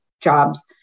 jobs